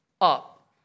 up